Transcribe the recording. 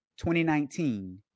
2019